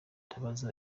ndabaza